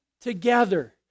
together